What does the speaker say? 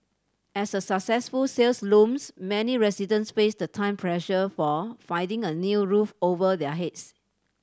as a successful sales looms many residents face the time pressure for finding a new roof over their heads